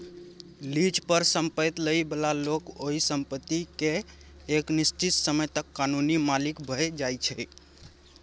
lease पर संपैत लइ बला लोक ओइ संपत्ति केँ एक निश्चित समय तक कानूनी मालिक भए जाइ छै